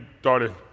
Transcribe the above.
started